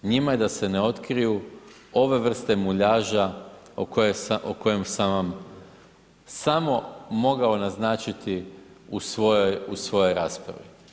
Njima je da se ne otkriju ove vrste muljaža o kojem sam vam samo mogao naznačiti u svojoj raspravi.